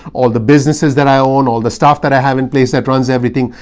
all the businesses that i own, all the staff that i have in place that runs everything,